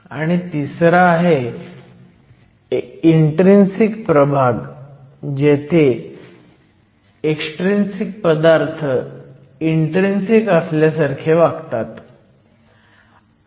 आनी तिसरा आहे इन्ट्रीन्सिक प्रभाग जिथे एक्सट्रिंसिक पदार्थ इन्ट्रीन्सिक असल्यासारखे वागतात